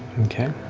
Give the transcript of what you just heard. okay.